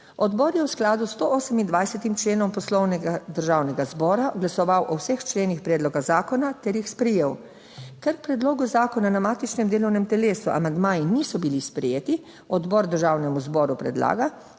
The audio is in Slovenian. Odbor je v skladu s 128. členom Poslovnika Državnega zbora glasoval o vseh členih predloga zakona ter jih sprejel. Ker k predlogu zakona na matičnem delovnem telesu amandmaji niso bili sprejeti, odbor Državnemu zboru predlaga,